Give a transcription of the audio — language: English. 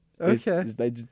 Okay